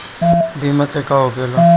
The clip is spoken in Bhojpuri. बीमा से का होखेला?